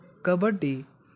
kabaddi